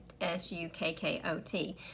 S-U-K-K-O-T